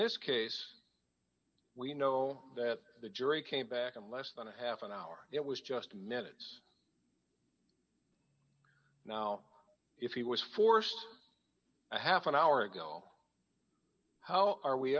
this case we know that the jury came back in less than a half an hour it was just minutes now if he was forced a half an hour ago how are we